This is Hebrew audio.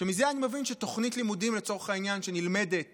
שמזה אני מבין שתוכנית לימודים שלצורך העניין נלמדת